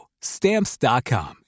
Stamps.com